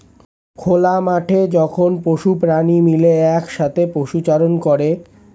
খোলা মাঠে যখন পশু প্রাণী মিলে একসাথে পশুচারণ করে